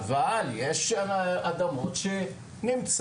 אבל יש לה אדמות שנמצאות,